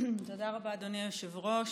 תודה רבה, אדוני היושב-ראש.